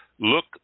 look